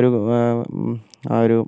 ഒരു ഒരു